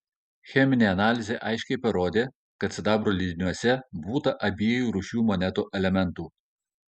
cheminė analizė aiškiai parodė kad sidabro lydiniuose būta abiejų rūšių monetų elementų